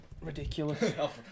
Ridiculous